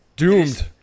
doomed